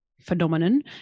phenomenon